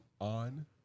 On